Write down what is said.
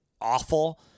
awful